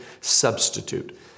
substitute